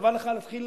חבל לך להתחיל